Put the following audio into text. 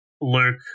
Luke